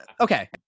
okay